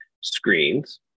screens